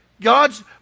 God's